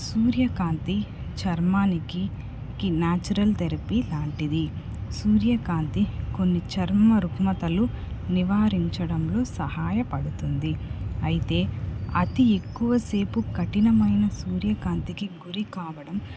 సూర్యకాంతి చర్మానికి natural therapy లాంటిది సూర్యకాంతి కొన్ని చర్మ రుగ్మతలు నివారించడంలో సహాయపడుతుంది అయితే అతి ఎక్కువసేపు కఠినమైన సూర్యకాంతికి గురి కావడం